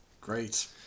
Great